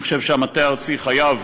אני חושב שהמטה הארצי חייב